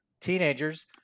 teenagers